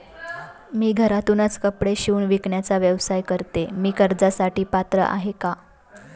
मी घरातूनच कपडे शिवून विकण्याचा व्यवसाय करते, मी कर्जासाठी पात्र आहे का?